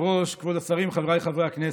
כבוד השרים, חבריי חברי הכנסת,